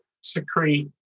secrete